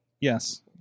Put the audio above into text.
yes